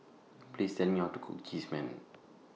Please Tell Me How to Cook Cheese Naan